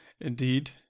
Indeed